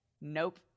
Nope